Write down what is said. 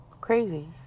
Crazy